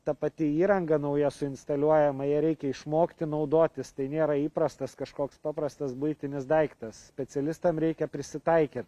ta pati įranga nauja su instaliuojama ja reikia išmokti naudotis tai nėra įprastas kažkoks paprastas buitinis daiktas specialistam reikia prisitaikyt